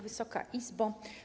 Wysoka Izbo!